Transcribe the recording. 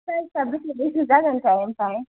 प्राइसआ बेसे बेसे जागोनथाय आमफ्राय